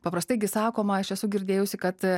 paprastai gi sakoma aš esu girdėjusi kad